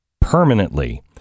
permanently